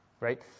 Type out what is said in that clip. Right